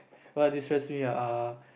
what destress me ah uh